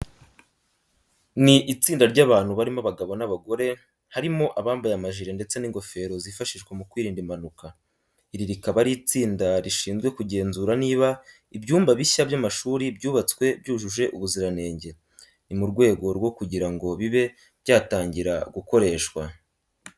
Ni itsinda ry'abantu barimo abagabo n'abagore, harimo abambaye amajire ndetse n'ingofero zifashishwa mu kwirinda impanuka. Iri rikaba ari itsinda rishizwe kugenzura niba ibyumba bishya by'amashuri byubatswe byujuje ubuziranenge. Ni mu rwego rwo kugira ngo bibe byatangira gukoreshwa.